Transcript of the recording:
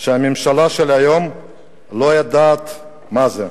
שהממשלה של היום לא יודעת מה זה.